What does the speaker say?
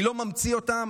אני לא ממציא אותה,